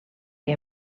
que